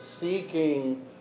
seeking